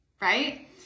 Right